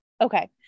Okay